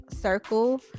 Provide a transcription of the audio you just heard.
circle